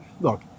look